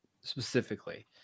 specifically